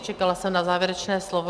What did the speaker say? Čekala jsem na závěrečné slovo.